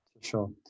Sure